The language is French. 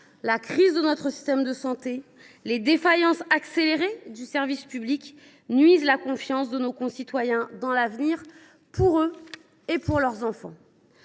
la crise de notre système de santé et les défaillances accélérées du service public minent la confiance de nos concitoyens dans l’avenir, pour eux mêmes et pour leurs enfants.